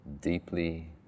deeply